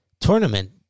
tournament